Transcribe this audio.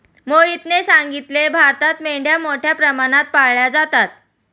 मोहितने सांगितले, भारतात मेंढ्या मोठ्या प्रमाणात पाळल्या जातात